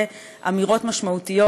בבקשה, תאפשרו דיון שקט.